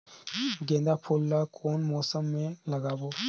गेंदा फूल ल कौन मौसम मे लगाबो?